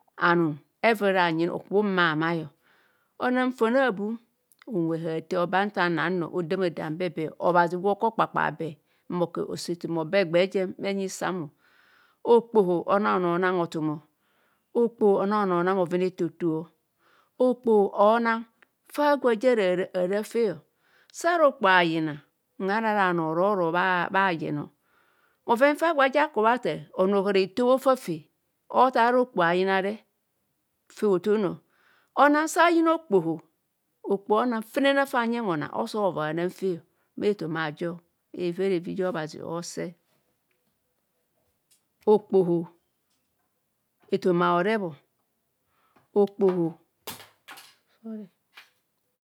Anum evurere hanyina ozama okubho umai anai o, onang fon aabum unwe haathe bhaba nta no odadam be but obhazi gwe oku okpakpa be bhenyi sam o okpoho onang bhanoo bhanang hothum o. Okpoho onang onoo onang bhoven etoto o. Fa agwo ạzạ ạrạ ạrạ ara fr o sa ara okpoho hayina ohaanj ara bhano roro bhaa yeni o oven fa aja akubho athaa bhano bha hara hitho bho ofa fe othaa ara hokpo hayina fe othono onang sa ayina okpoho aa fen fa anyeng honang oso ovoi ananv fee bhe ethoma ajo evi ara evi ja obhaei oose